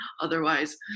otherwise